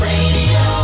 Radio